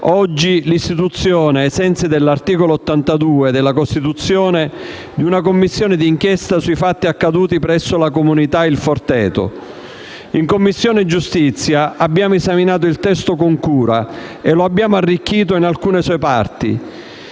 oggi l'istituzione, ai sensi dell'articolo 82 della Costituzione, di una Commissione parlamentare d'inchiesta sui fatti accaduti presso la comunità Il Forteto. In Commissione Giustizia abbiamo esaminato il testo con cura e lo abbiamo arricchito in alcune sue parti.